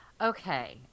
Okay